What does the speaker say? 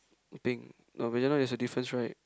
pink no matter what there is a difference right